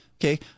Okay